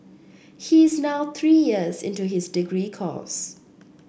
he is now three years into his degree course